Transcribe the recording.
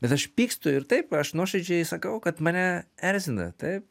bet aš pykstu ir taip aš nuoširdžiai sakau kad mane erzina taip